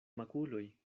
makuloj